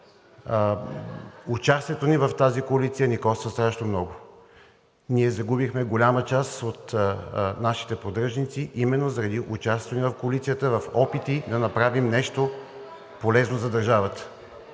участието ни в тази коалиция ни коства страшно много. Ние загубихме голяма част от нашите поддръжници именно заради участието ни в коалицията, в опити да направим нещо полезно за държавата.